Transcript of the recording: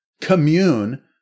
commune